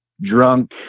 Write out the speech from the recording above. drunk